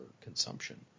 consumption